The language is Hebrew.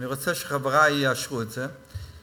אני רוצה שחברי יאשרו את זה,